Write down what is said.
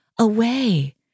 away